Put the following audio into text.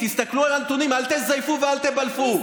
תסתכלו על הנתונים, אל תזייפו ואל תבלפו.